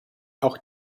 auch